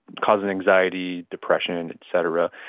causing anxiety, depression, et cetera.